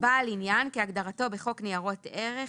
"בעל עניין" כהגדרתו בחוק ניירות ערך,